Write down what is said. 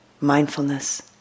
mindfulness